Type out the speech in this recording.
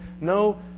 no